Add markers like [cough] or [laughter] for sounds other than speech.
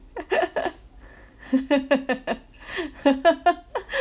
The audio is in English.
[laughs]